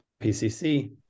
PCC